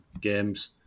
games